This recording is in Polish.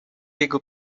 jego